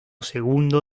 segundo